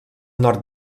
nord